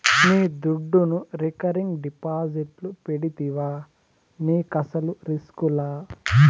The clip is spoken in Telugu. నీ దుడ్డును రికరింగ్ డిపాజిట్లు పెడితివా నీకస్సలు రిస్కులా